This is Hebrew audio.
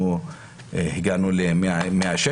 אנחנו הגענו ל-116.